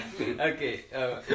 Okay